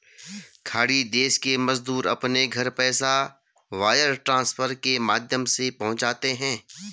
खाड़ी देश के मजदूर अपने घर पैसा वायर ट्रांसफर के माध्यम से पहुंचाते है